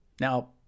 Now